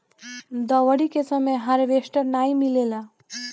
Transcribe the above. दँवरी के समय हार्वेस्टर नाइ मिलेला